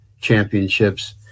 championships